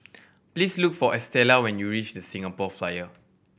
please look for Estella when you reach The Singapore Flyer